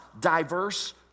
diverse